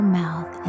mouth